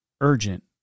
urgent